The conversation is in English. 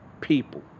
people